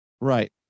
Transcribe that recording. Right